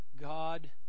God